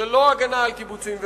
זאת לא הגנה על קיבוצים ומושבים.